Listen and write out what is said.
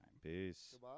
peace